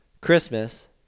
Christmas